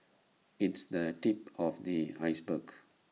it's the tip of the iceberg